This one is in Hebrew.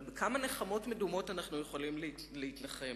אבל בכמה נחמות מדומות אנחנו יכולים להתנחם?